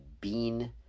bean